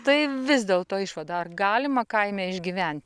tai vis dėl to išvada ar galima kaime išgyvent